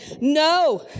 No